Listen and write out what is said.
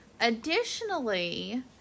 Additionally